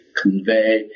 convey